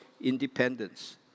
independence